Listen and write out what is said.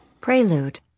Prelude